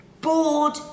Bored